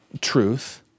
truth